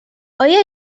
آیا